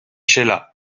sheila